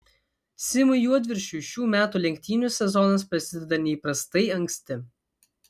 simui juodviršiui šių metų lenktynių sezonas prasideda neįprastai anksti